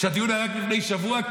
שהדיון היה לפני שבוע,